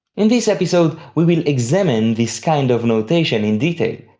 in this episode we will examine this kind of notation in detail,